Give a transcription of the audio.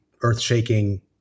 earth-shaking